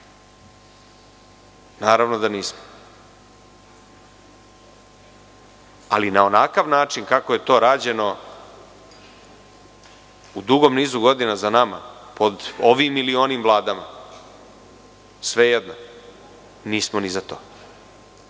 naravno da nismo. Ali, na onakav način kako je to rađeno u dugom nizu godina za nama, pod ovim ili onim vladama, svejedno, nismo ni za to.